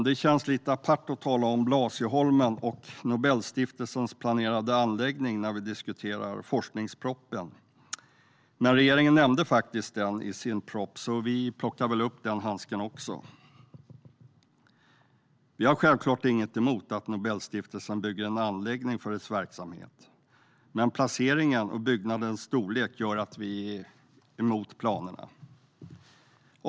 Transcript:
Det känns lite apart att tala om Blasieholmen och Nobelstiftelsens planerade anläggning när vi diskuterar forskningspropositionen. Men regeringen nämnde det i sin proposition. Därför plockar vi upp den handsken. Vi har självklart ingenting emot att Nobelstiftelsen bygger en anläggning för sin verksamhet. Men placeringen och byggnadens storlek gör att vi är emot planerna.